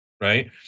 right